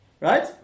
Right